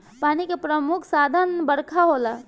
पानी के प्रमुख साधन बरखा होला